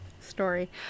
story